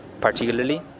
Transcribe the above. particularly